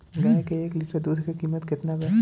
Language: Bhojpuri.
गाय के एक लीटर दूध के कीमत केतना बा?